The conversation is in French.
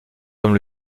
comme